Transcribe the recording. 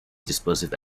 dispersive